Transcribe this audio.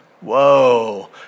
Whoa